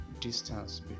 distance